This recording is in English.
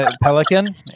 Pelican